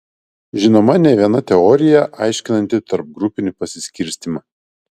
žinoma ne viena teorija aiškinanti tarpgrupinį pasiskirstymą